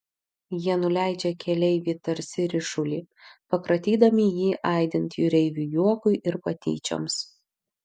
jie nuleidžia keleivį tarsi ryšulį pakratydami jį aidint jūreivių juokui ir patyčioms